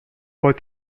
for